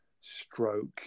stroke